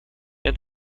and